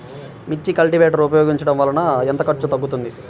మిర్చి కల్టీవేటర్ ఉపయోగించటం వలన ఎంత ఖర్చు తగ్గుతుంది?